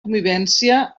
convivència